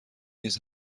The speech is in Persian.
نیست